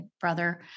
brother